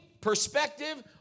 perspective